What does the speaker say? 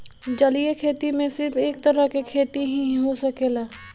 जलीय खेती में सिर्फ एक तरह के खेती ही हो सकेला